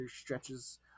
stretches